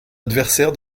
adversaire